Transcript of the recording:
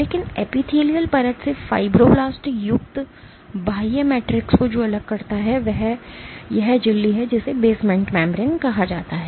लेकिन एपिथेलियल परत से फाइब्रोब्लास्ट युक्त बाह्य मैट्रिक्स को जो अलग करता है वह यह झिल्ली है जिसे बेसमेंट मेम्ब्रेन कहा जाता है